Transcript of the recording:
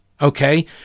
okay